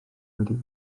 wedi